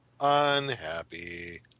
Unhappy